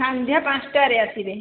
ସନ୍ଧ୍ୟା ପାଞ୍ଚଟା ରେ ଆସିବେ